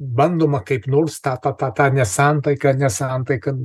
bandoma kaip nors tą tą tą tą nesantaiką nesantaiką